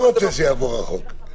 אתה לא רוצה שיעבור החוק.